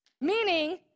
Meaning